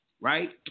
Right